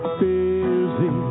busy